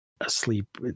asleep